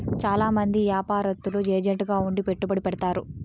చాలా మంది యాపారత్తులు ఏజెంట్ గా ఉండి పెట్టుబడి పెడతారు